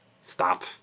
stop